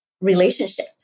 relationship